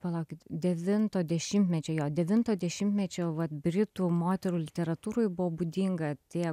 palaukit devinto dešimtmečio jo devinto dešimtmečio vat britų moterų literatūroj buvo būdinga tie